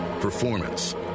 Performance